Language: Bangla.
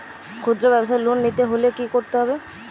খুদ্রব্যাবসায় লোন নিতে হলে কি করতে হবে?